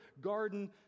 garden